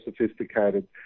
sophisticated